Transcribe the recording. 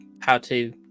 how-to